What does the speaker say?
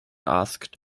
asked